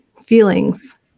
feelings